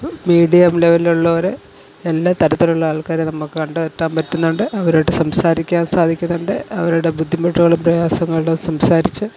medium ലെവലിലുള്ളവര് എല്ലാ തരത്തിലുള്ള ആൾക്കാരെയും നമ്മള്ക്ക് കണ്ടെത്താൻ പറ്റുന്നുണ്ട് അവരായിട്ട് സംസാരിക്കാൻ സാധിക്കുന്നുണ്ട് അവരുടെ ബുദ്ധിമുട്ടുകളും പ്രയാസങ്ങളും സംസാരിച്ച്